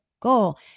goal